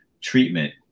treatment